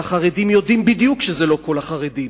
והחרדים יודעים בדיוק שזה לא כל החרדים.